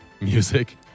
Music